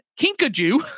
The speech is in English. kinkajou